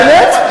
באמת?